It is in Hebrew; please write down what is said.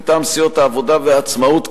מטעם סיעות העבודה והעצמאות,